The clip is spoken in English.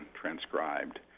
transcribed